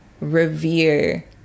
revere